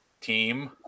team